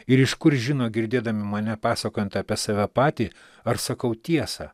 ir iš kur žino girdėdami mane pasakojant apie save patį ar sakau tiesą